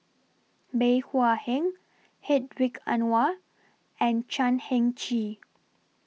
Bey Hua Heng Hedwig Anuar and Chan Heng Chee